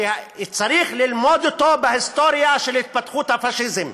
שצריך ללמוד אותו בהיסטוריה של התפתחות הפאשיזם.